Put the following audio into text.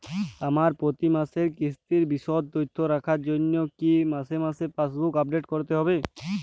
আমার প্রতি মাসের কিস্তির বিশদ তথ্য রাখার জন্য কি মাসে মাসে পাসবুক আপডেট করতে হবে?